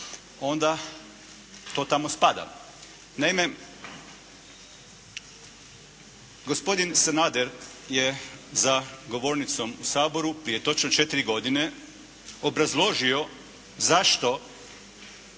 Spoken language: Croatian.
onda to tamo spada. Naime, gospodin Sanader je za govornicom u Saboru prije točno četiri godine obrazložio zašto